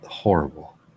horrible